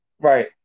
Right